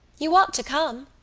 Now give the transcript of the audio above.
you ought to come.